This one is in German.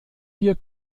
wir